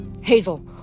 Hazel